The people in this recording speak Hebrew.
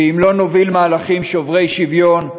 ואם לא נוביל מהלכים שוברי שוויון,